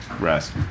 rest